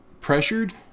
pressured